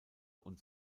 und